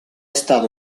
stato